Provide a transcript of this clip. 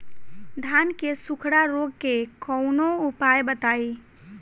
धान के सुखड़ा रोग के कौनोउपाय बताई?